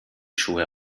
schuhe